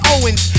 Owens